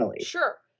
sure